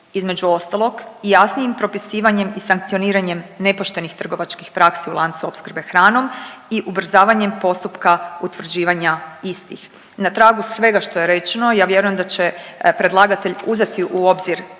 između ostalog i jasnijim propisivanjem i sankcioniranjem nepoštenih trgovačkih praksi u lancu opskrbe hranom i ubrzavanjem postupka utvrđivanja istih. Na tragu svega što je rečeno ja vjerujem da će predlagatelj uzeti u obzir